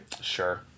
sure